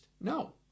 No